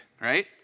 right